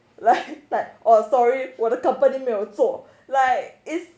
like like oh sorry 我的 company 没有做 like is